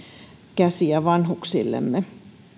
käsiä vanhuksillemme